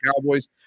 Cowboys